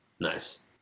Nice